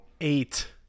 Eight